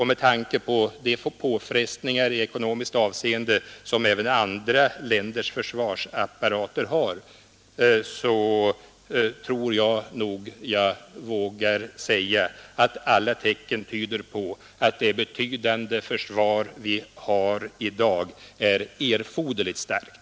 Med tanke på de påfrestningar i ekonomiskt avseende som även andra länders försvarsapparater har tror jag nog att jag vågar säga att alla tecken tyder på att det betydande försvar vi har i dag är erforderligt starkt